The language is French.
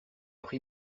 pris